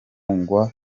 ntibugomba